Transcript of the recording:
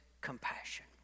compassion